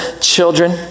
children